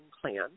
plan